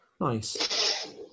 nice